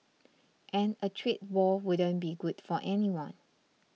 and a trade war wouldn't be good for anyone